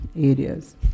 areas